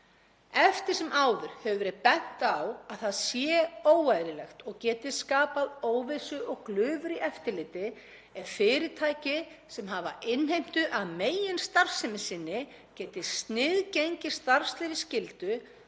Eftir sem áður hefur verið bent á að það sé óeðlilegt og geti skapað óvissu og glufur í eftirliti ef fyrirtæki sem hafa innheimtu að meginstarfsemi sinni geti sniðgengið starfsleyfisskyldu